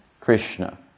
Krishna